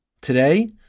Today